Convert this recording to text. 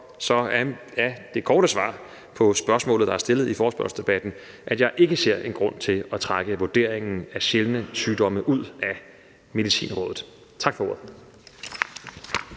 er det korte svar på spørgsmålet, der er stillet i forespørgselsdebatten, at jeg ikke ser en grund til at trække vurderingen af sjældne sygdomme ud af Medicinrådet. Tak for ordet.